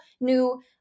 new